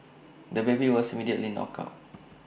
the baby was immediately knocked out